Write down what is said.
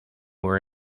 were